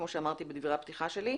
כמו שאמרתי בדברי הפתיחה שלי,